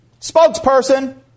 spokesperson